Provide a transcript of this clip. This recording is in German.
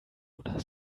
oder